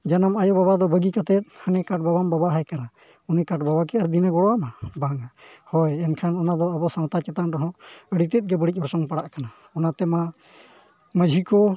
ᱡᱟᱱᱟᱢ ᱟᱭᱳᱼᱵᱟᱵᱟ ᱫᱚ ᱵᱟᱹᱜᱤ ᱠᱟᱛᱮᱫ ᱦᱟᱹᱱᱤ ᱠᱟᱴ ᱵᱟᱵᱟᱢ ᱵᱟᱵᱟᱣᱟᱭ ᱠᱟᱱᱟ ᱩᱱᱤ ᱠᱟᱴ ᱵᱟᱵᱟ ᱠᱤ ᱫᱤᱱᱮ ᱜᱚᱲᱚ ᱟᱢᱟ ᱵᱟᱝᱼᱟ ᱦᱳᱭ ᱮᱱᱠᱷᱟᱱ ᱚᱱᱟᱫᱚ ᱟᱵᱚ ᱥᱟᱶᱛᱟ ᱪᱮᱛᱟᱱ ᱨᱮᱦᱚᱸ ᱟᱹᱰᱤᱛᱮᱫ ᱜᱮ ᱵᱟᱹᱲᱤᱡ ᱚᱨᱥᱚᱝ ᱯᱟᱲᱟᱜ ᱠᱟᱱᱟ ᱚᱱᱟᱛᱮᱢᱟ ᱢᱟᱺᱡᱷᱤ ᱠᱚ